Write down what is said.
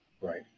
right